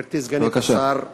גברתי סגנית השר,